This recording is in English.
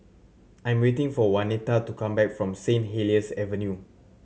I'm waiting for Waneta to come back from Saint Helier's Avenue